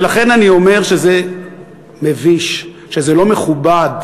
ולכן אני אומר שזה מביש, שזה לא מכובד.